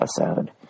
episode